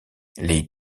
les